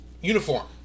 Uniform